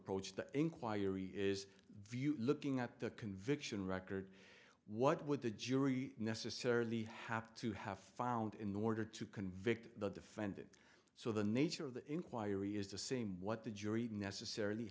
approach the inquiry is view looking at the conviction record what would the jury necessarily have to have found in the order to convict the defendant so the nature of the inquiry is the same what the jury necessarily